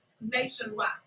nationwide